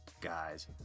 guys